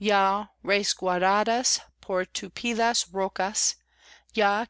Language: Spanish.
ya resguardadas por tupidas rocas ya